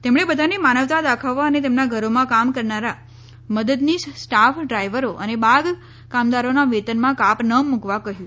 તેમણે બધાને માનવતા દાખવવા અને તેમના ઘરોમાં કામ કરનારા મદદનીશ સ્ટાફ ડ્રાઇવરો અને બાગ કામદારોના વેતનમાં કાપ ના મુકવા કહ્યું